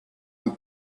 and